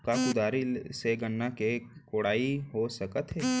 का कुदारी से गन्ना के कोड़ाई हो सकत हे?